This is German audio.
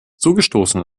zugestoßen